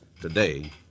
today